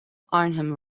arnhem